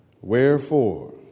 wherefore